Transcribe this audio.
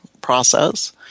process